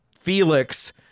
Felix